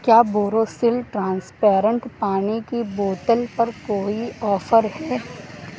کیا بوروسل ٹرانسپیرنٹ پانی کی بوتل پر کوئی آفر ہے